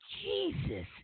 Jesus